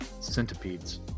centipedes